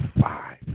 five